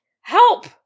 help